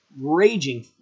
raging